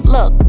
Look